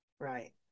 Right